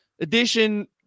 edition